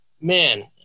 man –